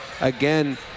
Again